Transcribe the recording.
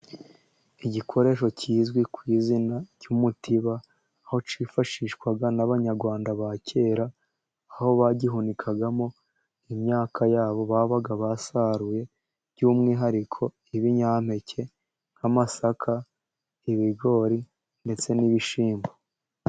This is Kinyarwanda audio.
Igikoresho kizwi ku izina ry'umutiba, aho cyifashishwaga n'Abanyarwanda ba kera, aho bagihunikagamo imyaka yabo babaga basaruye. By'umwihariko ibinyampeke nk'amasaka, ibigori ndetse n'ibishyimbo.